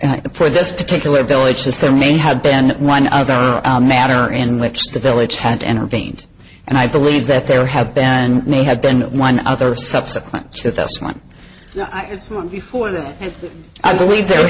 case for this particular village is there may have been one other matter in which the village had entertained and i believe that there have been may have been one other subsequent to this one before that i believe they